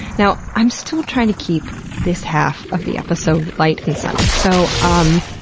now, i'm still trying to keep this half of the episode light and sunny so, um